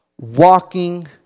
walking